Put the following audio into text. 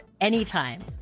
anytime